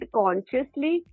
consciously